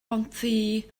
bontddu